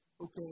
okay